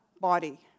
body